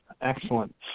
excellent